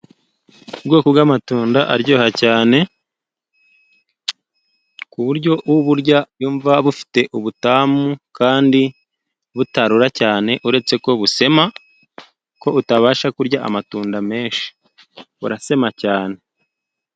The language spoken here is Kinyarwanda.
Ubwoko bw'amatunda aryoha cyane, ku buryo uburya yumva bufite ubutamu kandi butarura cyane, uretse ko busema, ko utabasha kurya amatunda menshi. Burasema cyane,